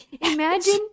imagine